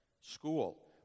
school